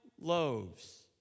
loaves